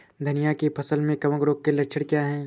धनिया की फसल में कवक रोग के लक्षण क्या है?